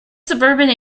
suburban